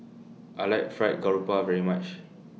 I like Fried Garoupa very much